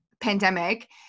pandemic